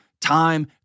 time